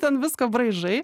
ten viską braižai